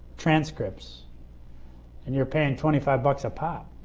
transcripts and you are paying twenty five bucks a pop.